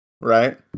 right